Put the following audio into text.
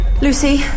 Lucy